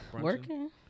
working